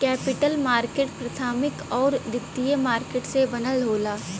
capital market प्राथमिक आउर द्वितीयक मार्केट से बनल होला